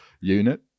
Unit